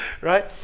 right